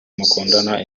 mukundana